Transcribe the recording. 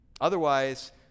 Otherwise